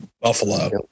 Buffalo